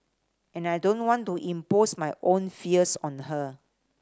and I don't want to impose my own fears on her